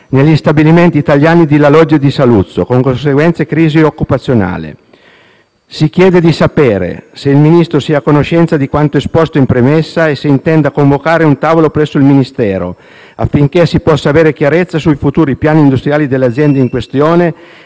negli stabilimenti italiani di La Loggia e di Saluzzo, con conseguente crisi occupazionale. Si chiede di sapere se il Ministro sia a conoscenza di quanto esposto in premessa e se intenda convocare un tavolo presso il Ministero, affinché si possa avere chiarezza sui futuri piani industriali dell'azienda in questione,